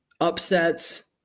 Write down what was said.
Upsets